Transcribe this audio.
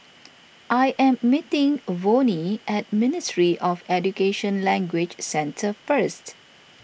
I am meeting Vonnie at Ministry of Education Language Centre first